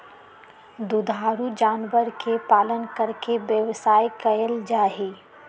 दुधारू जानवर के पालन करके व्यवसाय कइल जाहई